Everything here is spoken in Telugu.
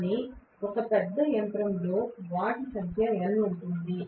కానీ ఒక పెద్ద యంత్రంలో అలాంటి వాటి సంఖ్య n ఉంటుంది